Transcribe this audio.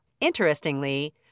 Interestingly